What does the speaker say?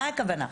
מה הכוונה?